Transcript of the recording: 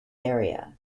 area